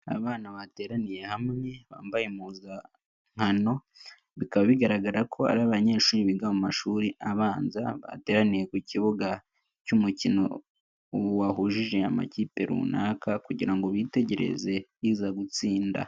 Abana bateraniye hamwe bambaye impuzankano, bikaba bigaragara ko ari abanyeshuri biga mu mashuri abanza, bateraniye ku kibuga cy'umukino wahujije amakipe runaka kugira ngo bitegereze iza gutsinda.